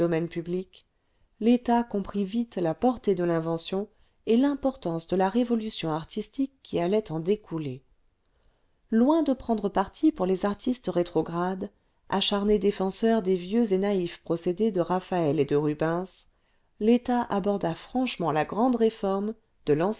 public l'état comprit vite la portée de l'invention et l'importance de la révolution artistique qui allait en découler loin de prendre parti pour les artistes rétrogrades acbarnés défenseurs des vieux et naïfs procédés de raphaël et de rubens l'etat aborda franchement la grande réforme de